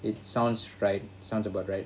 it sounds right sounds about right